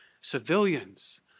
civilians